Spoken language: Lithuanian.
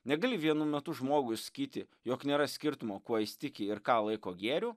negali vienu metu žmogui sakyti jog nėra skirtumo kuo jis tiki ir ką laiko gėriu